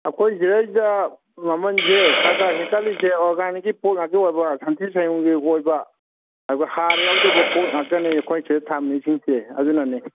ꯑꯩꯈꯣꯏꯁꯤꯗꯩꯁꯤꯗ ꯃꯃꯟꯁꯦ ꯈꯒ ꯍꯦꯟꯒꯠꯂꯤꯁꯦ ꯑꯣꯔꯒꯥꯅꯤꯛꯀꯤ ꯄꯣꯠ ꯉꯥꯛꯇ ꯑꯣꯏꯕ ꯁꯟꯊꯤ ꯁꯟꯌꯨꯡꯒꯤ ꯑꯣꯏꯕ ꯑꯗꯨ ꯍꯥꯔ ꯌꯥꯎꯗꯕ ꯄꯣꯠ ꯉꯥꯛꯇꯅꯤ ꯑꯩꯈꯣꯏꯁꯤꯗ ꯊꯝꯃꯤꯁꯤꯡꯁꯦ ꯑꯗꯨꯅꯅꯤ